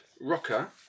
Rocker